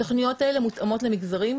התוכניות האלו מותאמות למגזרים,